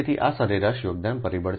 તેથી આ સરેરાશ યોગદાન પરિબળ છે